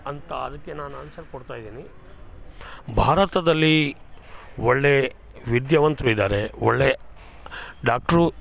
ಅಂತ ಅದಕ್ಕೆ ನಾನು ಆನ್ಸರ್ ಕೊಡ್ತಾಯಿದ್ದೀನಿ ಭಾರತದಲ್ಲಿ ಒಳ್ಳೆಯ ವಿದ್ಯಾವಂತರು ಇದ್ದಾರೆ ಒಳ್ಳೆಯ ಡಾಕ್ಟ್ರು